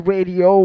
Radio